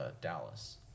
Dallas